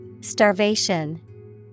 Starvation